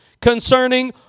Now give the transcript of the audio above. concerning